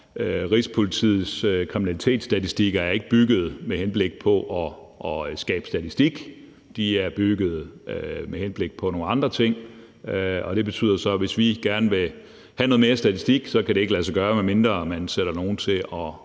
Rigspolitiets kriminalitetsstatistikker er ikke bygget med henblik på at skabe statistik; de er bygget med henblik på nogle andre ting. Det betyder så, at hvis vi gerne vil have noget mere statistik, så kan det ikke lade sig gøre, medmindre man sætter nogle til